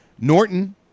Norton